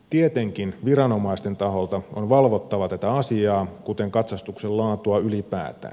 tietenkin viranomaisten taholta on valvottava tätä asiaa kuten katsastuksen laatua ylipäätään